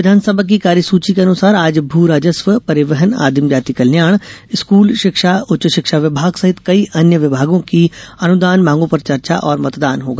राज्य विधानसभा की कार्यसुची के अनुसार आज भूराजस्व परिवहन आदिम जाति कल्याण स्कूल शिक्षा उच्च शिक्षा विभाग सहित कई अन्य विभागों की अनुदान मांगों पर चर्चा और मतदान होगा